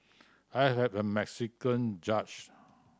I have a Mexican judge